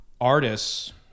artists